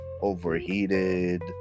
overheated